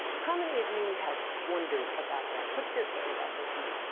how many of you have wondered about that? put your hand up if you.